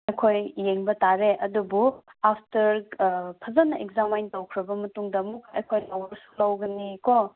ꯑꯩꯈꯣꯏ ꯌꯦꯡꯕ ꯇꯥꯔꯦ ꯑꯗꯨꯕꯨ ꯑꯥꯐꯇꯔ ꯐꯖꯅ ꯑꯦꯛꯖꯥꯃꯤꯟ ꯇꯧꯈ꯭ꯔꯕ ꯃꯇꯨꯡꯗ ꯑꯃꯨꯛꯀ ꯑꯩꯈꯣꯏ ꯂꯧꯕꯁꯨ ꯂꯧꯒꯅꯤꯀꯣ